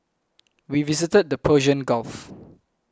we visited the Persian Gulf